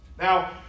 Now